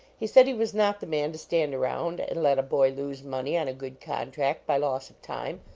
he said he was not the man to stand around and let a boy lose money on a good contract by loss of time,